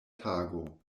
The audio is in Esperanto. tago